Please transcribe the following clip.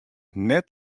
net